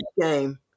game